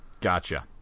Gotcha